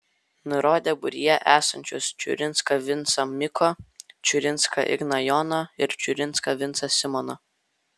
nurodė būryje esančius čiurinską vincą miko čiurinską igną jono ir čiurinską vincą simono